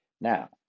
Now